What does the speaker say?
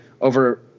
over